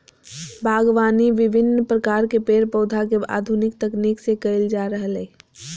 बागवानी विविन्न प्रकार के पेड़ पौधा के आधुनिक तकनीक से कैल जा रहलै